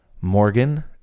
Morgan